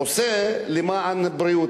עושה למען הבריאות.